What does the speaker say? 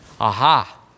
Aha